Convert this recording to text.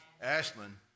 Ashland